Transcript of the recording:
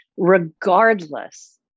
regardless